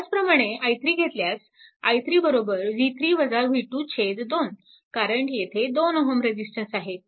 त्याचप्रमाणे i3 घेतल्यास i3 2 कारण येथे 2 Ω रेजिस्टन्स आहे